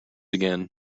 again